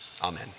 amen